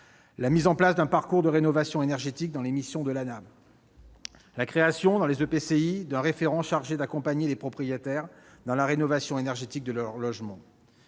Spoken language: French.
la mise en place d'un parcours de rénovation énergétique parmi les missions de l'ANAH et la création dans les EPCI d'un référent chargé d'accompagner les propriétaires dans la rénovation énergétique de leur logement.